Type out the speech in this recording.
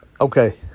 Okay